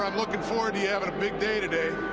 um looking forward to you having a big day today.